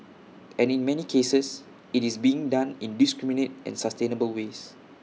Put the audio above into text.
and in many cases IT is being done in indiscriminate and sustainable ways